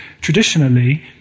traditionally